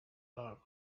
love